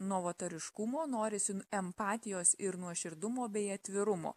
novatoriškumo norisi empatijos ir nuoširdumo bei atvirumo